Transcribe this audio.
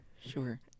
Sure